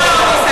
לא.